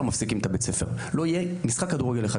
מפסיקים את בית הספר ולא יהיה משחק אחד,